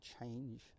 change